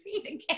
again